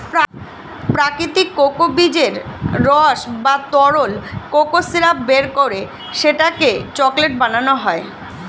প্রাকৃতিক কোকো বীজের রস বা তরল কোকো সিরাপ বের করে সেটাকে চকলেট বানানো হয়